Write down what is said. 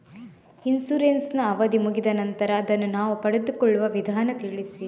Insurance ನ ಅವಧಿ ಮುಗಿದ ನಂತರ ಅದನ್ನು ನಾವು ಪಡೆದುಕೊಳ್ಳುವ ವಿಧಾನ ತಿಳಿಸಿ?